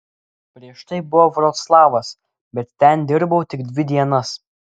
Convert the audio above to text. prieš tai buvo vroclavas bet ten dirbau tik dvi dienas